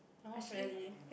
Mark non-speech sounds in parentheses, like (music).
(noise) really